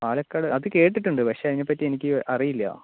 പാലക്കാട് അത് കേട്ടിട്ടുണ്ട് പക്ഷെ അതിനെപ്പറ്റി എനിക്ക് അറിയില്ല